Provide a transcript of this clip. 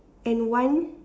and one